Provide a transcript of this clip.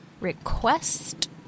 Request